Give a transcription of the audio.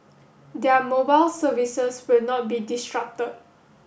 their mobile services will not be disrupted